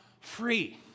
free